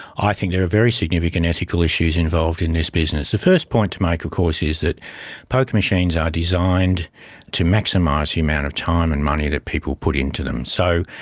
i think there are very significant ethical issues involved in this business. the first point to make of course is that poker machines are designed to maximise the amount of time and money that people put into them. so